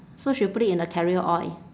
so she'll put it in a carrier oil